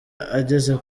ageze